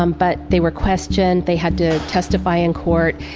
um but they were questioned, they had to testify in court,